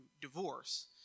divorce